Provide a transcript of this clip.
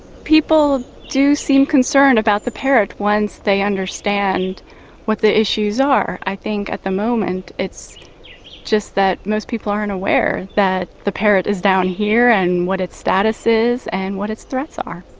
people do seem concerned about the parrot once they understand what the issues are. i think at the moment it's just that most people aren't aware that the parrot is down here and what its status is and what its threats are